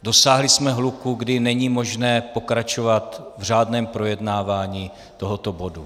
Dosáhli jsme hluku, kdy není možné pokračovat v řádném projednávání tohoto bodu.